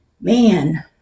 Man